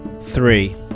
Three